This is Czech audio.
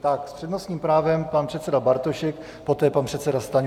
S přednostním právem pan předseda Bartošek, poté pan předseda Stanjura.